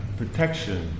protection